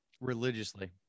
religiously